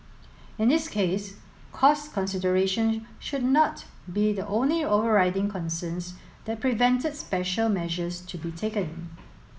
in this case cost considerations should not be the only overriding concerns that prevented special measures to be taken